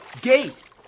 gate